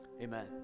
Amen